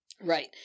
Right